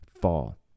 fall